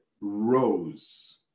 rose